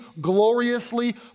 gloriously